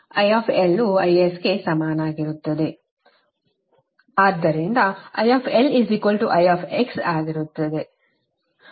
ಆದ್ದರಿಂದ I IS ಆಗಿರುತ್ತದೆ